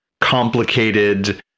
complicated